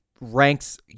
ranks